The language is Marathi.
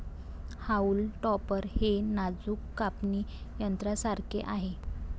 हाऊल टॉपर हे नाजूक कापणी यंत्रासारखे आहे